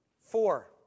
Four